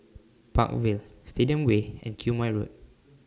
Park Vale Stadium Way and Quemoy Road